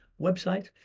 website